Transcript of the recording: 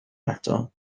eto